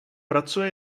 pracuje